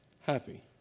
happy